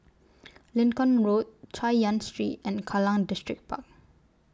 Lincoln Road Chay Yan Street and Kallang Distripark